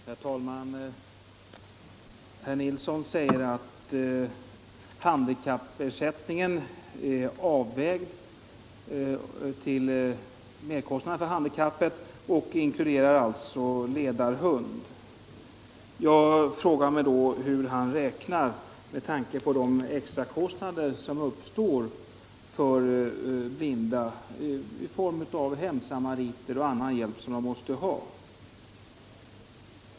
Herr talman! Herr Nilsson i Kristianstad säger att handikappersättningen är avvägd med hänsyn till merkostnaden för handikappet och inkluderar ledarhund. Jag frågar mig hur han räknar med tanke på de extra kostnader som blinda har i form av hemsamariter m.m.